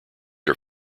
are